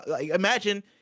imagine